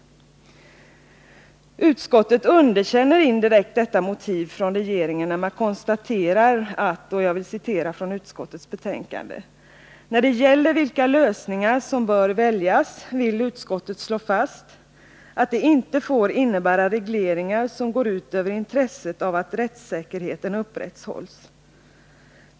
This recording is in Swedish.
Utskottet underkänner indirekt detta motiv från regeringen då man konstaterar: ”När det gäller vilka lösningar som bör väljas vill utskottet slå fast att de inte får innebära regleringar som går ut över intresset av att rättssäkerheten upprätthålls.